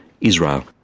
Israel